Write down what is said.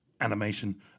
animation